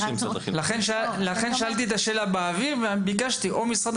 לכן שאלתי את השאלה בנתון ושאלתי את משרד